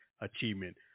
achievement